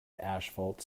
asphalt